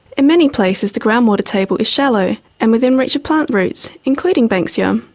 in many places the groundwatertable is shallow and within reach of plant roots, including banksia. um